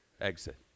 exit